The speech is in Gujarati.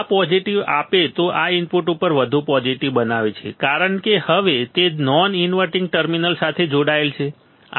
અને આ પોઝિટિવ આપે તો આ ઇનપુટ ઉપર વધુ પોઝિટિવ બનાવે છે કારણ કે હવે તે નોન ઇન્વર્ટીંગ ટર્મિનલ સાથે જોડાયેલ છે